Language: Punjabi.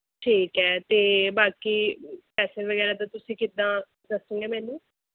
ਠੀਕ ਹੈ ਤੇ ਬਾਕੀ ਪੈਸੇ ਵਗੈਰਾ ਦਾ ਤੁਸੀਂ ਕਿੱਦਾਂ ਦੱਸੁਗੇ ਮੈਨੂੰ